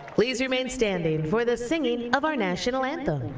please remain standing for the singing of our national anthem,